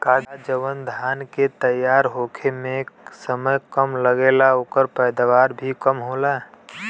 का जवन धान के तैयार होखे में समय कम लागेला ओकर पैदवार भी कम होला?